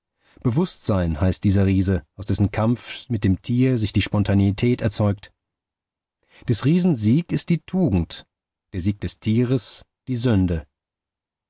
bewußtsein heißt dieser riese aus dessen kampf mit dem tier sich die spontaneität erzeugt des riesen sieg ist die tugend der sieg des tieres die sünde